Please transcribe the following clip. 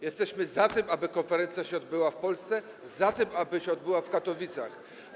Jesteśmy za tym, aby konferencja się odbyła w Polsce, za tym, aby się odbyła w Katowicach.